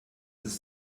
ist